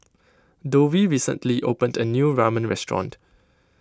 Dovie recently opened a new Ramen restaurant